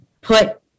put